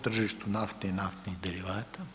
O tržištu nafte i naftnih derivata.